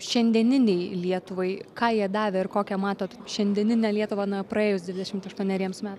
šiandieninei lietuvai ką jie davė ir kokią matot šiandieninę lietuvą na praėjus dvidešimt aštuoneriems met